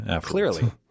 Clearly